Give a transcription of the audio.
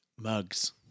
mugs